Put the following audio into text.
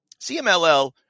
CMLL